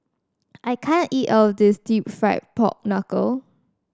I can't eat all of this Deep Fried Pork Knuckle